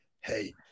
Hey